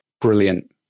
brilliant